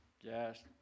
yes